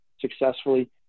successfully